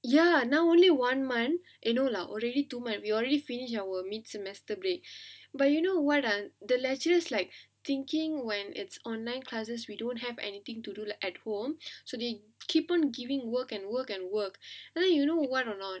ya now only one month eh no lah already two month we already finish our mid semester break but you know [what] ah the lecturers like thinking when it's online classes we don't have anything to do at home so they keep on giving work and work and work and then you know what or not